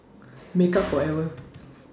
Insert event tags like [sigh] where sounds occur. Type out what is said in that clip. [noise] Makeup Forever